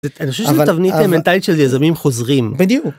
תבנית מנטל של יזמים חוזרים בדיוק.